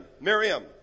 Miriam